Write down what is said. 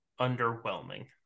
underwhelming